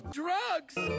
drugs